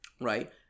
Right